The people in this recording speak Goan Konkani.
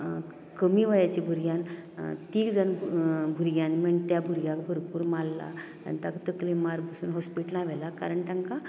कमी वयाच्या भुरग्यान तीग जाण भुरग्यान मेळोन त्या भुरग्याक भरपूर मारला आनी ताका बरो तकलेक मार बसून हाॅस्पिटलांत व्हेला कारण तांकां